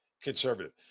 conservative